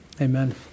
amen